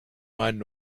meinen